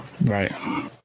Right